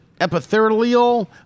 epithelial